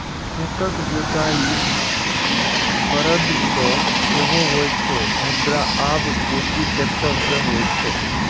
खेतक जोताइ बरद सं सेहो होइ छै, मुदा आब बेसी ट्रैक्टर सं होइ छै